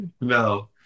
No